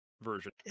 version